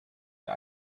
der